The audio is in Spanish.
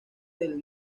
del